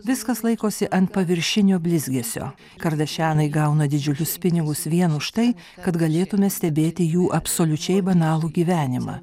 viskas laikosi ant paviršinio blizgesio kardašianai gauna didžiulius pinigus vien už tai kad galėtume stebėti jų absoliučiai banalų gyvenimą